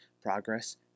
progress